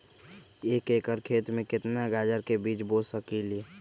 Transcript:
एक एकर खेत में केतना गाजर के बीज बो सकीं ले?